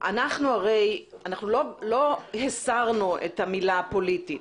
אנחנו לא הסרנו את המילה פוליטית,